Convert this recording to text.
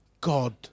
God